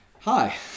hi